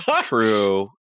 True